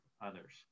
others